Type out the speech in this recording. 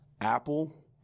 Apple